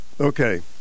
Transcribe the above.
Okay